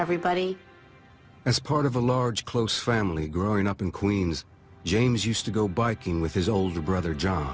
everybody as part of a large close family growing up in queens james used to go biking with his older brother jo